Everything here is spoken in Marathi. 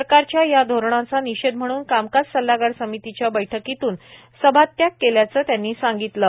सरकारच्या या धोरणाचा निषेध म्हणून कामकाज सल्लागार समितीच्या बैठकीतून सभात्याग केल्याचं त्यांनी सांगितलं